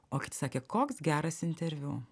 o kiti sakė koks geras interviu